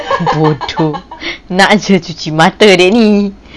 bodoh nak jer cuci mata dia ni